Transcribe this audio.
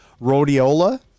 Rhodiola